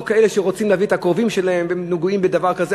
לא כאלה שרוצים להביא את הקרובים שלהם ונגועים בדבר כזה.